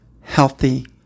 healthy